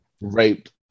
raped